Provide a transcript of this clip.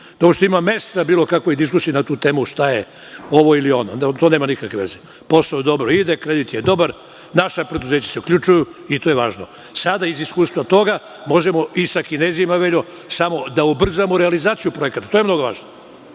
uopšte ima mesta bilo kakvoj diskusiji na tu temu šta je ovo ili ono. To nema nikakve veze. Posao dobro ide. Kredit je dobar. Naša preduzeća se uključuju i to je važno. Sada iz tog iskustva možemo i sa Kinezima, da ubrzamo realizaciju projekata i to je mnogo važno,